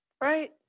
Right